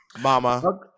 mama